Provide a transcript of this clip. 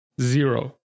Zero